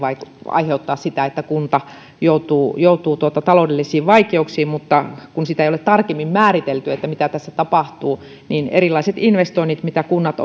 aiheuttaa sitä että kunta joutuu joutuu taloudellisiin vaikeuksiin mutta kun ei ole tarkemmin määritelty sitä mitä tässä tapahtuu erilaiset investoinnit mitä kunnat